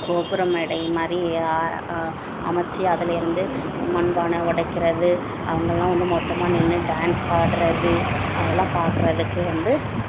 கோபுர மேடை மாதிரி அமைச்சி அதுலேருந்து மண்பானை உடைக்கிறது அவங்கள்லாம் வந்து மொத்தமாக நின்று டான்ஸ் ஆடுறது அதலாம் பாக்கிறதுக்கு வந்து